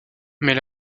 mais